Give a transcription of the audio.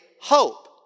hope